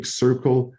circle